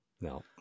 No